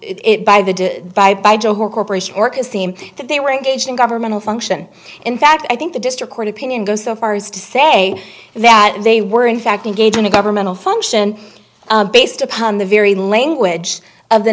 it by the by by johor corporation or is theme that they were engaged in governmental function in fact i think the district court opinion goes so far as to say that they were in fact engaged in a governmental function based upon the very language of the